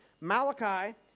Malachi